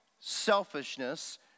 selfishness